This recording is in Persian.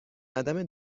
عدم